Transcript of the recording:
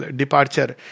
departure